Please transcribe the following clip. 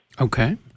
Okay